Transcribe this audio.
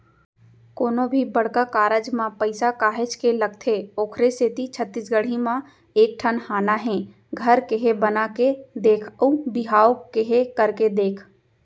कोनो भी बड़का कारज म पइसा काहेच के लगथे ओखरे सेती छत्तीसगढ़ी म एक ठन हाना हे घर केहे बना के देख अउ बिहाव केहे करके देख